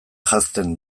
janzten